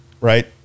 right